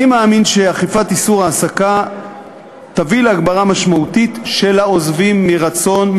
אני מאמין שאכיפת איסור ההעסקה תביא להגברה משמעותית של העוזבים מרצון,